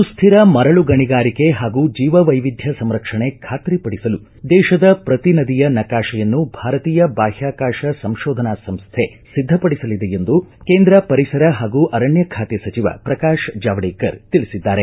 ಸುಶ್ರಿರ ಮರಳು ಗಣಿಗಾರಿಕೆ ಹಾಗೂ ಜೀವ ವೈವಿಧ್ಯ ಸಂರಕ್ಷಣೆ ಖಾತ್ರಿ ಪಡಿಸಲು ದೇಶದ ಪ್ರತಿ ನದಿಯ ನಕಾಶೆಯನ್ನು ಭಾರತೀಯ ಬಾಹ್ಮಾಕಾಶ ಸಂಶೋಧನಾ ಸಂಸ್ಥೆ ಸಿದ್ದಪಡಿಸಲಿದೆ ಎಂದು ಕೇಂದ್ರ ಪರಿಸರ ಹಾಗೂ ಅರಣ್ಯ ಖಾತೆ ಸಚಿವ ಪ್ರಕಾಶ ಜಾವಡೇಕರ್ ತಿಳಿಸಿದ್ದಾರೆ